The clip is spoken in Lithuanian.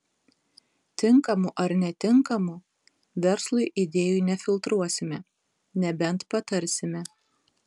tinkamų ar netinkamų verslui idėjų nefiltruosime nebent patarsime